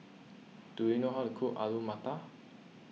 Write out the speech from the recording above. do you know how to cook Alu Matar